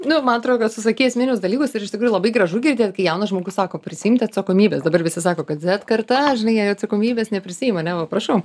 nu ir man atro kad susakei esminius dalykus ir iš tikrųjų labai gražu girdėt kai jaunas žmogus sako prisiimti atsakomybės dabar visi sako kad zet karta žinai jie atsakomybės neprisiima ane va prašau